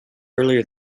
earlier